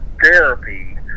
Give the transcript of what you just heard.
therapy